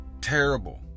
terrible